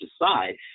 decide